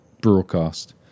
broadcast